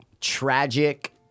tragic